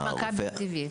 יש מכבי טבעי.